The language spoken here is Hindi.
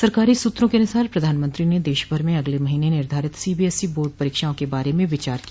सरकारी सूत्रों के अनुसार प्रधानमंत्री ने देश भर में अगले महीने निर्धारित सीबीएसई बोर्ड परीक्षाओं के बारे में विचार किया